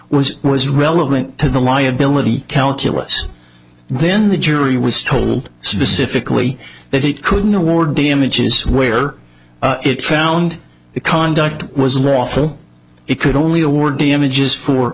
was was relevant to the liability calculus then the jury was told specifically that it couldn't award damages where it found the conduct was lawful it could only award damages for